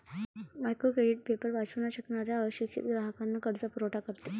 micro credit paper वाचू न शकणाऱ्या अशिक्षित ग्राहकांना कर्जपुरवठा करते